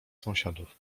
sąsiadów